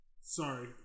sorry